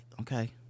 okay